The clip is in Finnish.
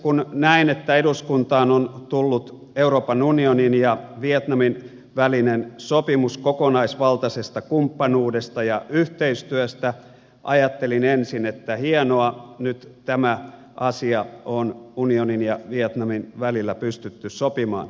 kun näin että eduskuntaan on tullut euroopan unionin ja vietnamin välinen sopimus kokonaisvaltaisesta kumppanuudesta ja yhteistyöstä ajattelin ensin että hienoa nyt tämä asia on unionin ja vietnamin välillä pystytty sopimaan